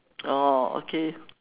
oh okay